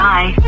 Bye